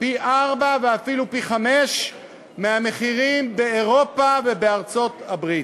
פי-ארבעה ואפילו פי-חמישה מהמחירים באירופה ובארצות-הברית.